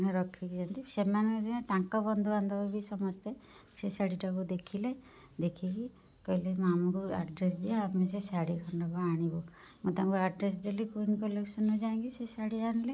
ରଖିଛନ୍ତି ସେମାନେ ଯେ ତାଙ୍କ ବନ୍ଧୁବାନ୍ଧବ ବି ସମସ୍ତେ ସେ ଶାଢ଼ିଟାକୁ ଦେଖିଲେ ଦେଖିକି କହିଲେ ଆମକୁ ଆଡ଼୍ରେସ୍ ଦିଅ ଆମେ ସେ ଶାଢ଼ି ଖଣ୍ଡକ ଆଣିବୁ ମୁଁ ତାଙ୍କୁ ଆଡ଼୍ରେସ୍ ଦେଲି କୁଇନ୍ କଲେକ୍ସନରୁ ଯାଇଁକି ସେ ଶାଢ଼ି ଆଣିଲେ